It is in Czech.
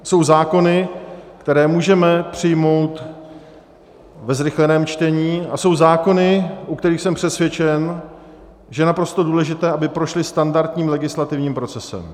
Jsou zákony, které můžeme přijmout ve zrychleném čtení, a jsou zákony, u kterých jsem přesvědčen, že je naprosto důležité, aby prošly standardním legislativním procesem.